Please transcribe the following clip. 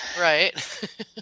Right